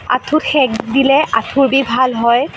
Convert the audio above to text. আঁঠুত সেক দিলে আঁঠুৰ বিষ ভাল হয়